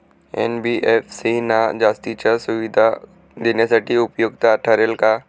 NBFC ना जास्तीच्या सुविधा देण्यासाठी उपयुक्त ठरेल का?